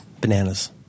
Bananas